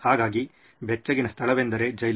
ಹಾಗಾಗಿಬೆಚ್ಚಗಿನ ಸ್ಥಳವೆಂದರೆ ಜೈಲು